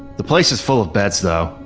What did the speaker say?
the place is full of beds though.